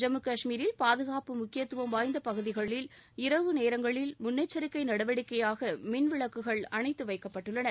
ஜம்மு காஷ்மீரில் பாதுகாப்பு முக்கியத்துவம் வாய்ந்த பகுதிகளில் இரவு நேரங்களில் முன்னெச்சரிக்கை நடவடிக்கையாக மின்விளக்குகள் அணைத்துவைக்கப்பட்டுள்ளன